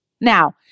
Now